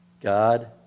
God